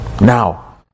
Now